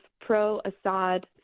pro-Assad